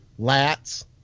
lats